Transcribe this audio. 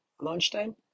lunchtime